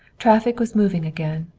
traffic was moving again,